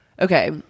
Okay